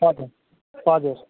हजुर हजुर